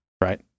right